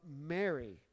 Mary